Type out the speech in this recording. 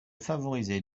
favoriser